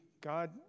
God